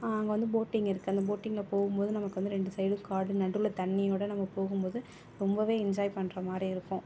அங்கே வந்து போட்டிங் இருக்குது அந்த போட்டிங்கில் போகும்போது நமக்கு வந்து ரெண்டு சைடும் காடு நடுவில் தண்ணீயோடு நம்ம போகும்போது ரொம்பவே என்ஜாய் பண்ணுற மாதிரி இருக்கும்